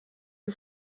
you